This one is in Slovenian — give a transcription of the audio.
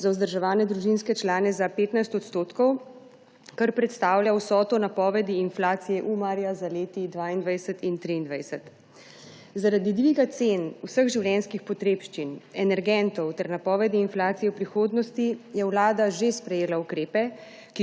za vzdrževane družinske člane za 15 %, kar predstavlja vsoto napovedi inflacije Umarja za leti 2022 in 2023. Zaradi dviga cen vseh življenjskih potrebščin, energentov ter napovedi inflacije v prihodnosti je vlada že sprejela ukrepe,